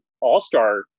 all-star